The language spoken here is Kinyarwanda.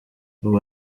ubu